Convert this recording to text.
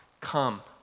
come